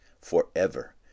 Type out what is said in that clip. forever